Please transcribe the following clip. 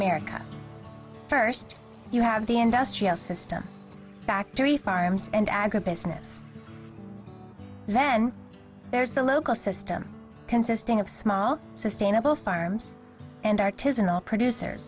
america first you have the industrial system factory farms and agribusiness then there's the local system consisting of small sustainable farms and